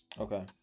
okay